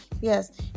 yes